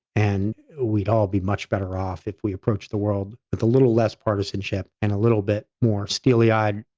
and we'd all be much better off if we approached the world with a little less partisanship and a little bit more steely eyed,